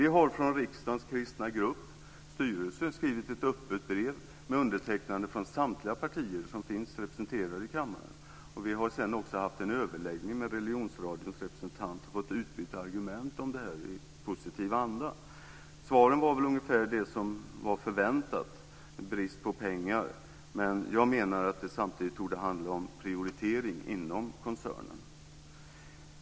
Vi har från riksdagens kristna grupps styrelse skrivit ett öppet brev undertecknat av samtliga partier som finns representerade i kammaren. Vi har sedan också haft en överläggning med religionsradions representant och fått utbyta argument om det här i positiv anda. Svaret var väl ungefär det som var förväntat, nämligen att det är brist på pengar. Men jag menar att det samtidigt torde handla om prioritering inom koncernen.